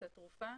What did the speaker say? התרופה